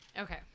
okay